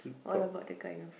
what about the guy now